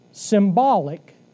Symbolic